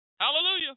hallelujah